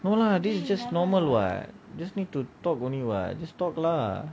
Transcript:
no lah this is just normal [what] just need to talk only [what] just talk lah